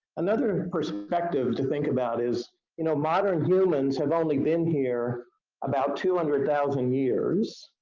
another perspective to think about is you know, modern humans have only been here about two hundred thousand years,